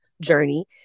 journey